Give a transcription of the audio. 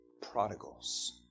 prodigals